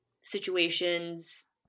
situations